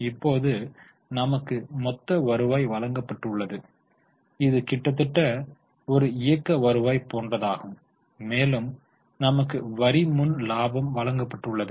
இப்போது நமக்கு மொத்த வருவாய் வழங்கப்பட்டுள்ளது இது கிட்டத்தட்ட ஒரு இயக்க வருவாய் போன்றதாகும் மேலும் நமக்கு வரிக்கு முன் லாபமும் வழங்கப்பட்டுள்ளது